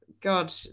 God